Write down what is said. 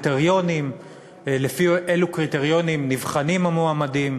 לא קובע לפי אילו קריטריונים נבחנים המועמדים,